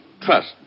trust